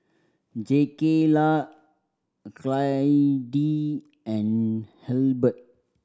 Jakayla Clydie and Halbert